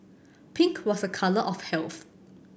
pink was a colour of health